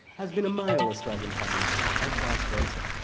has been a male australian prime minister, and vice versa.